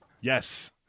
Yes